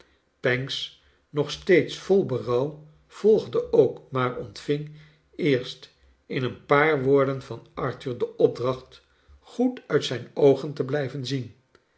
pancks nog steeds vol berouw volgde ook maar ontving eerst in een paar woorden van arthur de opdracht goed uit zijn oogen te blijven zien